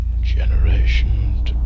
generation